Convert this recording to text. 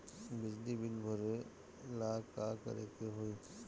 बिजली बिल भरेला का करे के होई?